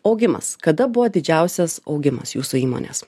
augimas kada buvo didžiausias augimas jūsų įmonės